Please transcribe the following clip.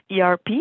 ERP